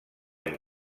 amb